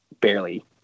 barely